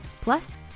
plus